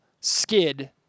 skid